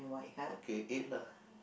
okay eight lah